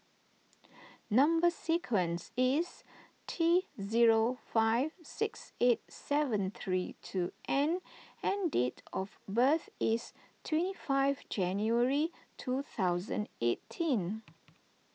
Number Sequence is T zero five six eight seven three two N and date of birth is twenty five January two thousand eighteen